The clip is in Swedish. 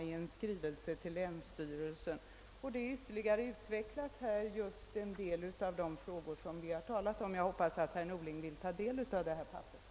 Jag förutsätter att innehållet är korrekt återgivet; det stämmer med de informationer jag har fått. En del av de frågor vi talat om finns här ytterligare utvecklade, och jag hoppas att herr Norling vill ta del av det ta papper.